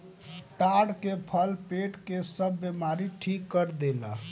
ताड़ के फल पेट के सब बेमारी ठीक कर देला